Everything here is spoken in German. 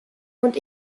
und